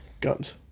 Guns